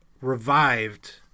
revived